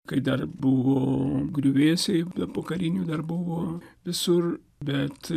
kai dar buvo griuvėsiai pokarinių dar buvo visur bet